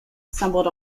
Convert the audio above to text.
stumbled